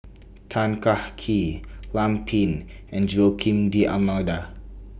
Tan Kah Kee Lam Pin and Joaquim D'almeida